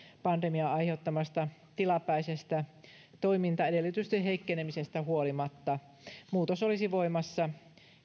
pandemian aiheuttamasta tilapäisestä toimintaedellytysten heikkenemisestä huolimatta muutos olisi voimassa